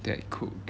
dad cook